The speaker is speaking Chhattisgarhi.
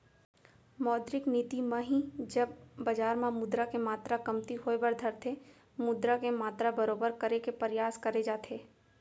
मौद्रिक नीति म ही जब बजार म मुद्रा के मातरा कमती होय बर धरथे मुद्रा के मातरा बरोबर करे के परयास करे जाथे